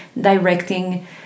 directing